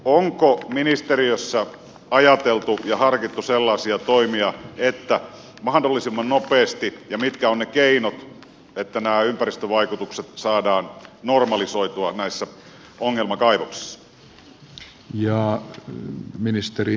onko ministeriössä ajateltu ja harkittu sellaisia toimia ja mitkä ovat ne keinot että mahdollisimman nopeasti nämä ympäristövaikutukset saadaan normalisoitua näissä ongelmakaivoksissa